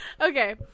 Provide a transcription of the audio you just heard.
Okay